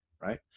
right